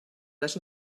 les